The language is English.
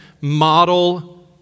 model